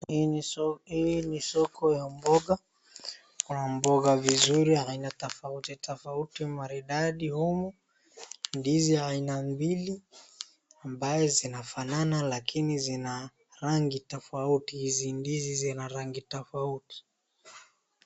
Hii ni so, hii ni soko ya mboga. Kuna mboga vizuri aina tofauti tofauti maridadi humu, ndizi ya aina mbili, ambaye zinafanana lakini zina rangi tofauti. Hizi ndizi zina rangi tofauti.